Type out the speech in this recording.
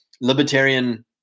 libertarian